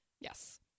Yes